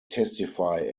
testify